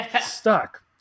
Stuck